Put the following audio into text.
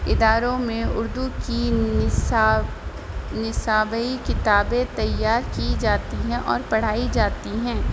اداروں میں اردو کی نصاب نصابی کتابیں تیار کی جاتی ہیں اور پڑھائی جاتی ہیں